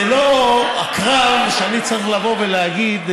זה לא הקרב שאני צריך לבוא ולהגיד,